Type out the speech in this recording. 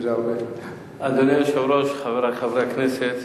אדוני היושב-ראש, חברי חברי הכנסת,